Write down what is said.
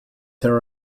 there